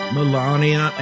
Melania